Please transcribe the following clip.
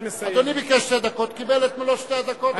אדוני ביקש שתי דקות, קיבל את מלוא שתי הדקות.